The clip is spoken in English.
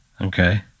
Okay